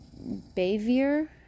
Bavier